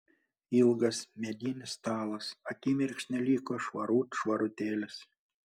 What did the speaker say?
ilgas medinis stalas akimirksniu liko švarut švarutėlis